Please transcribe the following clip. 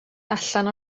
allan